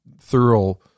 thorough